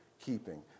keeping